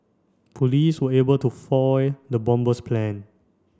police were able to foil the bomber's plan